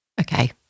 Okay